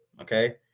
okay